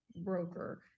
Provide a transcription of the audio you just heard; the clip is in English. broker